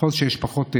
ככל שיש פחות מכוניות,